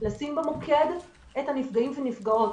לשים במוקד את הנפגעים והנפגעות,